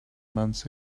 months